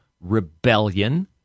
rebellion